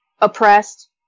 oppressed